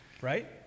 Right